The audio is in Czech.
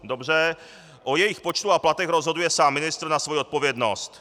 Dobře, o jejich počtu a platech rozhoduje sám ministr na svoji odpovědnost.